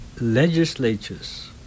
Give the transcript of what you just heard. legislatures